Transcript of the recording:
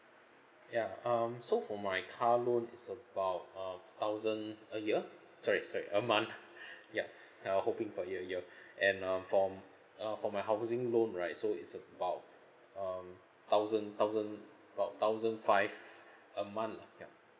ya um so for my car loan it's about a thousand a year sorry sorry a month ya uh hoping for year year and um for uh for my housing loan right so it's about um thousand thousand about thousand five a month lah ya